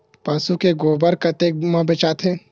पशु के गोबर कतेक म बेचाथे?